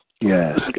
Yes